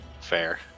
Fair